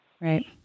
Right